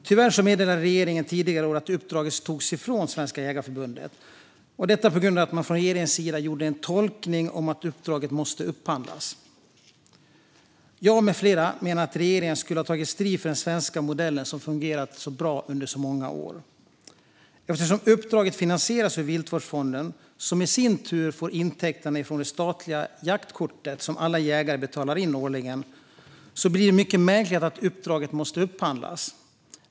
Tyvärr meddelade regeringen tidigare i år att uppdraget togs ifrån Svenska Jägareförbundet på grund av att man från regeringens sida gjorde tolkningen att uppdraget måste upphandlas. Jag med flera menar att regeringen skulle ha tagit strid för den svenska modellen som fungerat bra under så många år. Eftersom uppdraget finansieras ur Viltvårdsfonden som i sin tur får sina intäkter från det statliga jaktkortet som alla jägare betalar för årligen blir det mycket märkligt att uppdraget måste upphandlas.